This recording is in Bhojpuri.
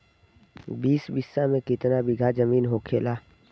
बीस बिस्सा में कितना बिघा जमीन होखेला?